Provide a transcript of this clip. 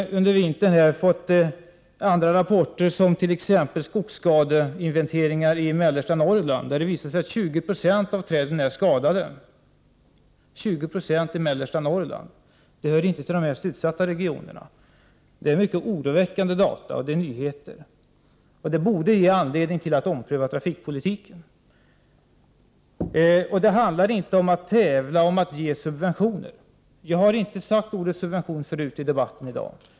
Under vintern har det kommit andra rapporter, såsom t.ex. skogsskadeinventeringar i mellersta Norrland, i vilka det visas att 20 90 av träden är skadade, trots att mellersta Norrland inte hör till de mest utsatta regionerna. Detta är nyheter och data som är mycket oroväckande och borde ge anledning till en omprövning av trafikpolitiken. - Det handlar inte om att tävla om att ge subventioner. Jag har inte nämnt ordet subventioner tidigare under debatten i dag.